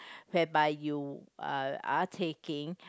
whereby you uh are taking